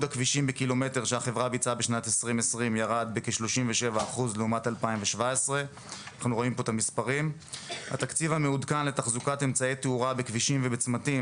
הכבישים בק"מ שהחברה ביצעה בשנת 2020 ירד בכ-37% לעומת 2017. התקציב המעודכן לתחזוקת אמצעי תאורה בכבישים ובצמתים,